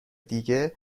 دیگه